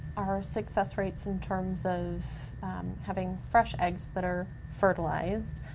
our success rates in terms of having fresh eggs that are fertilized,